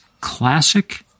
classic